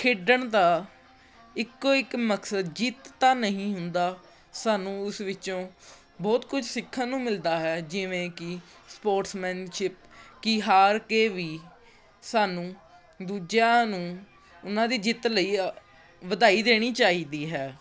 ਖੇਡਣ ਦਾ ਇੱਕੋ ਇੱਕ ਮਕਸਦ ਜਿੱਤ ਤਾਂ ਨਹੀਂ ਹੁੰਦਾ ਸਾਨੂੰ ਉਸ ਵਿੱਚੋਂ ਬਹੁਤ ਕੁਝ ਸਿੱਖਣ ਨੂੰ ਮਿਲਦਾ ਹੈ ਜਿਵੇਂ ਕਿ ਸਪੋਰਟਸਮੈਨਸ਼ਿਪ ਕਿ ਹਾਰ ਕੇ ਵੀ ਸਾਨੂੰ ਦੂਜਿਆਂ ਨੂੰ ਉਹਨਾਂ ਦੀ ਜਿੱਤ ਲਈ ਆ ਵਧਾਈ ਦੇਣੀ ਚਾਹੀਦੀ ਹੈ